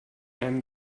einem